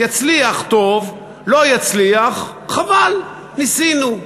יצליח, טוב, לא יצליח, חבל, ניסינו.